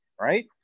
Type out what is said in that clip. Right